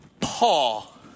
Paul